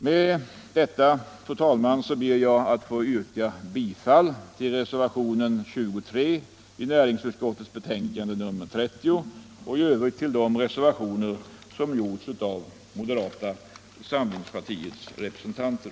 Med detta, fru talman, ber jag att få yrka bifall till reservationen 23 vid näringsutskottets betänkande nr 30 och i övrigt till de reservationer som gjorts av moderata samlingspartiets representanter.